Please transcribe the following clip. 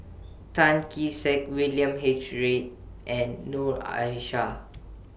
Tan Kee Sek William H Read and Noor Aishah